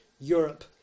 Europe